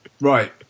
right